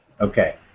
Okay